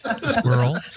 squirrel